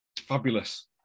Fabulous